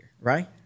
right